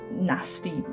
nasty